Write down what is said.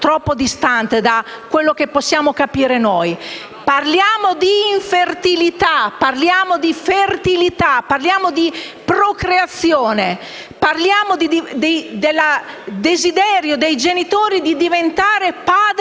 troppo distante da ciò che possiamo capire noi; parliamo di infertilità, parliamo di fertilità, parliamo di procreazione, parliamo del desiderio dei genitori di diventare padri